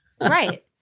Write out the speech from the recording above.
Right